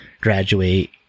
graduate